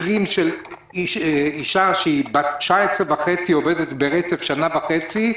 מקרה של אישה בת 19 וחצי שעובדת ברצף כבר שנה וחצי,